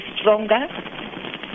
stronger